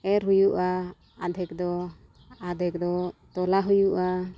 ᱮᱨᱻ ᱦᱩᱭᱩᱜᱼᱟ ᱟᱫᱷᱮᱠ ᱫᱚ ᱟᱫᱷᱮᱠ ᱫᱚ ᱛᱚᱞᱟ ᱦᱩᱭᱩᱜᱼᱟ